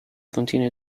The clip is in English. continue